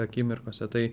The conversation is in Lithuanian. akimirkose tai